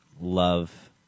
love